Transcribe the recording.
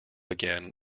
again